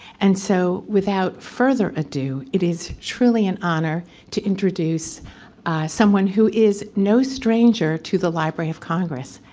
and so, without further ado, it is truly an honor to introduce someone who is no stranger to the library of congress,